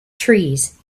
trees